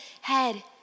head